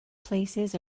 places